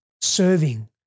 serving